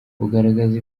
bugaragaza